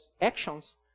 actions